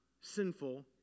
sinful